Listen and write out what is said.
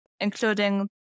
including